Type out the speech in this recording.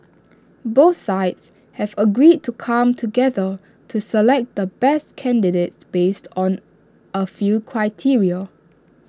both sides have agreed to come together to select the best candidates based on A few criteria